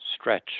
stretch